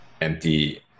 empty